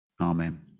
Amen